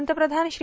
पंतप्रधान श्री